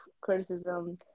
criticism